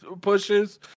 pushes